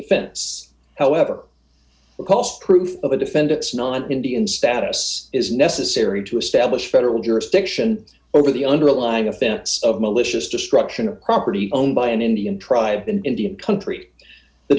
defense however proof of a defendant's non indian status is necessary to establish federal jurisdiction over the underlying offense of malicious destruction of property owned by an indian tribe in indian country the